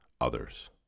others